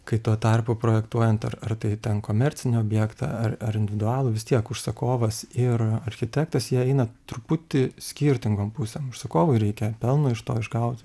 kai tuo tarpu projektuojant ar ar tai ten komercinį objektą ar ar individualų vis tiek užsakovas ir architektas jie eina truputį skirtingom pusėm užsakovui reikia pelno iš to išgaut